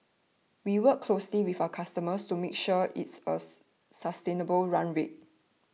we work closely with our customer to make sure it's a sustainable run rate